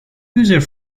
user